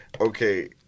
okay